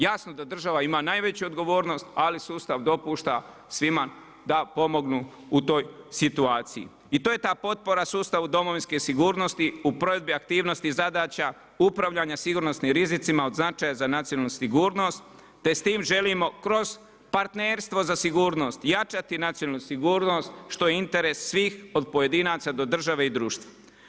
Jasno da država ima najveću odgovornost ali sustav dopušta svima da pomognu u toj situaciji i to je ta potpora sustavu Domovinske sigurnosti u provedbi aktivnosti zadaća, upravljanja sigurnosnim rizicima od značaja za nacionalnu sigurnost te s tim želimo kroz partnerstvo za sigurnost jačati nacionalni sigurnost što je interes svih od pojedinaca do države i društva.